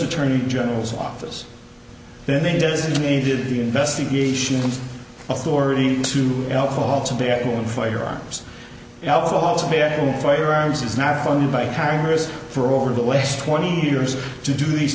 attorney general's office then they designated the investigations authority to alcohol tobacco and firearms alcohol tobacco and firearms is not funded by congress for over the last twenty years to do these